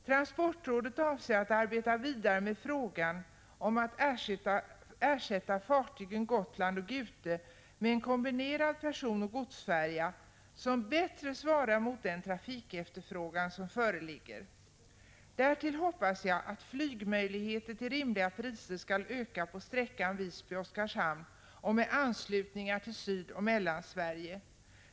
Transportrådet avser att arbeta vidare med frågan om att ersätta fartygen Gotland och Gute med en kombinerad personoch godsfärja, som bättre svarar mot den trafikefterfrågan som föreligger. Därtill hoppas jag att flygmöjligheter till rimliga priser skall öka på sträckan Visby-Oskarshamn och att anslutningar till Sydoch Mellansverige skall bli möjliga.